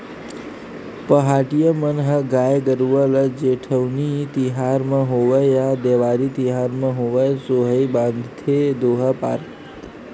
पहाटिया मन ह गाय गरुवा ल जेठउनी तिहार म होवय या देवारी तिहार म होवय सोहई बांधथे दोहा पारत